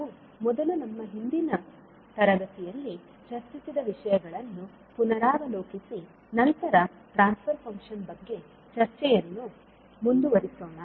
ನಾವು ಮೊದಲು ನಮ್ಮ ಹಿಂದಿನ ತರಗತಿಯಲ್ಲಿ ಚರ್ಚಿಸಿದ ವಿಷಯಗಳನ್ನು ಪುನರಾವಲೋಕಿಸಿ ನಂತರ ಟ್ರಾನ್ಸ್ ಫರ್ ಫಂಕ್ಷನ್ ಬಗ್ಗೆ ಚರ್ಚೆಯನ್ನು ಮುಂದುವರಿಸೋಣ